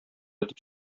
итеп